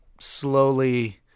slowly